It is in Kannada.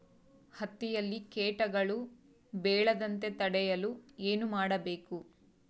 ಹತ್ತಿಯಲ್ಲಿ ಕೇಟಗಳು ಬೇಳದಂತೆ ತಡೆಯಲು ಏನು ಮಾಡಬೇಕು?